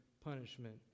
punishment